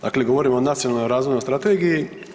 Dakle govorimo o Nacionalnoj razvojnoj strategiji.